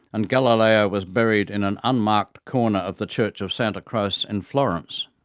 and galileo was buried in an unmarked corner of the church of santa croce in florence.